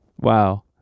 Wow